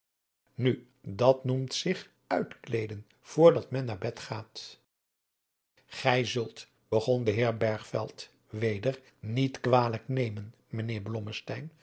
nu dat noem ik zich uitkleeden voor dat men naar bed gaat gij zult begon de heer bergveld weder niet kwalijk nemen mijnheer